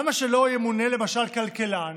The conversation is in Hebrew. למה שלא ימונה, למשל, כלכלן